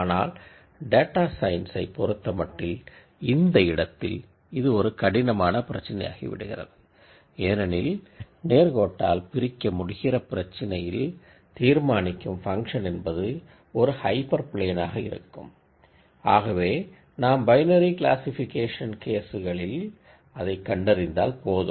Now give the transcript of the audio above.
ஆனால் டேட்டா சயின்ஸை பொறுத்தமட்டில் இந்த இடத்தில் இது ஒரு கடினமான பிரச்சினையாகிவிடுகிறது ஏனெனில் நேர்கோட்டால் பிரிக்கமுடிகிற பிரச்சினையில் தீர்மானிக்கும் ஃபங்ஷன் என்பதுஒரு ஹைப்பர் பிளேன் ஆக இருக்கும் ஆகவே நாம் பைனரி க்ளாசிக்பிகேஷன் கேசுகளில் அதைக் கண்டறிந்தால் போதும்